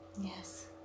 Yes